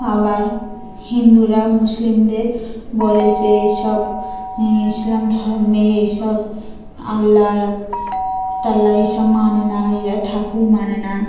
আবার হিন্দুরা মুসলিমদের বলে যে এসব ইসলাম ধর্মে এসব আল্লাহ টাল্লাহ এসব মানে না এরা ঠাকুর মানে না